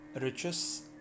riches